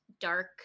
dark